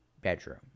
bedroom